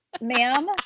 ma'am